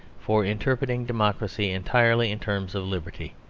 for interpreting democracy entirely in terms of liberty.